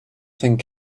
thing